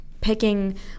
picking